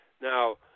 Now